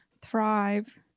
thrive